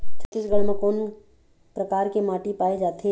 छत्तीसगढ़ म कोन कौन प्रकार के माटी पाए जाथे?